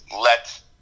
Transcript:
let